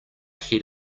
head